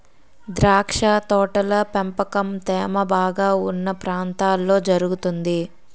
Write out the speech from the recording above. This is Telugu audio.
ద్రాక్ష తోటల పెంపకం తేమ బాగా ఉన్న ప్రాంతాల్లో జరుగుతుంది